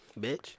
Bitch